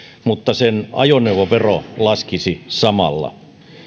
mutta sen ajoneuvovero laskisi samalla